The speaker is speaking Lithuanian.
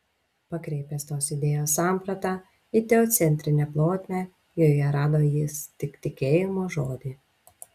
pakreipęs tos idėjos sampratą į teocentrinę plotmę joje rado jis tik tikėjimo žodį